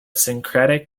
syncretic